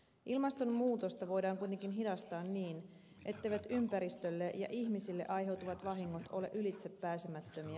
ilmastonmuutosta voidaan kuitenkin hidastaa niin etteivät ympäristölle ja ihmisille aiheutuvat vahingot ole ylitsepääsemättömiä